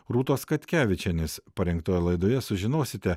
rūtos katkevičienės parengtoje laidoje sužinosite